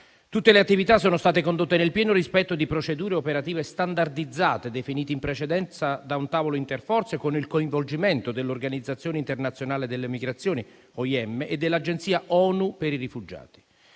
Tutte le attività sono state condotte nel pieno rispetto di procedure operative standardizzate e definite in precedenza da un tavolo interforze, con il coinvolgimento dell'Organizzazione internazionale delle migrazioni (OIM) e dell'agenzia ONU per i rifugiati.